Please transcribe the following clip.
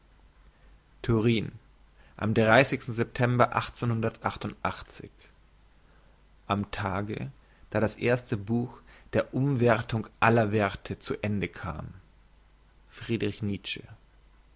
turin am september am tage da das buch der umwerthung aller werthe zu ende kam friedrich nietzsche